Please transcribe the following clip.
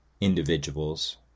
individuals